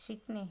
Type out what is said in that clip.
शिकणे